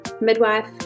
midwife